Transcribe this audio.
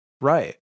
Right